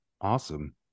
Awesome